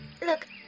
Look